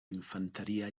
infanteria